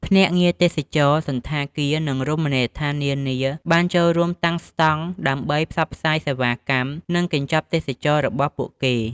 ភ្នាក់ងារទេសចរណ៍ សណ្ឋាគារ និងរមណីយដ្ឋាននានា បានចូលរួមតាំងស្តង់ដើម្បីផ្សព្វផ្សាយសេវាកម្ម និងកញ្ចប់ទេសចរណ៍របស់ពួកគេ។